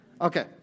Okay